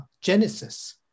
Genesis